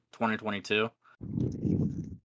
2022